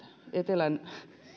etelän